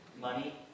Money